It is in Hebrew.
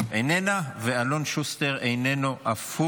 חבר הכנסת נאור שירי, מעוניין לדבר?